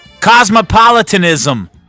Cosmopolitanism